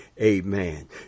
Amen